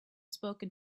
spoken